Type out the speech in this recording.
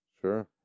Sure